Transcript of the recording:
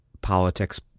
politics